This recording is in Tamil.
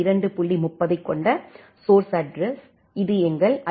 30 ஐக் கொண்ட சோர்ஸ் அட்ரஸ் இது எங்கள் ஐ